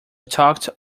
talked